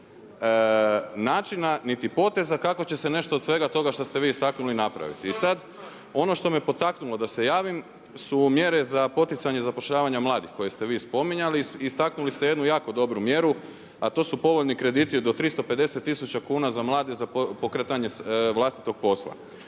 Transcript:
načina niti poteza kako će se nešto od svega toga što ste vi istaknuli napraviti. I sada ono što me potaknulo da se javim su mjere za poticanje zapošljavanja mladih koje ste vi spominjali i istaknuli ste jednu jako dobru mjeru a to su povoljni krediti do 350 tisuća kuna za mlade za pokretanje vlastitog posla.